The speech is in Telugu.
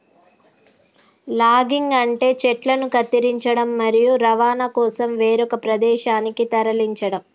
లాగింగ్ అంటే చెట్లను కత్తిరించడం, మరియు రవాణా కోసం వేరొక ప్రదేశానికి తరలించడం